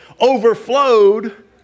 overflowed